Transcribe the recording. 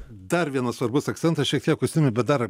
dar vienas svarbus akcentas šiek tiek užsiminei bet dar